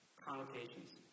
connotations